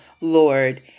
Lord